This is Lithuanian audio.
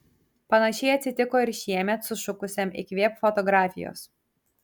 panašiai atsitiko ir šiemet sušukusiam įkvėpk fotografijos